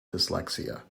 dyslexia